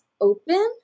open